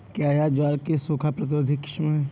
क्या यह ज्वार की सूखा प्रतिरोधी किस्म है?